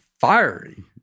fiery